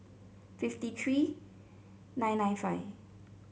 fifty three nine nine five